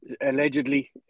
allegedly